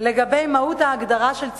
לגבי מהות ההגדרה של צעירים,